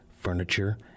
furniture